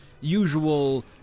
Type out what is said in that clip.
usual